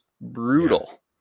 brutal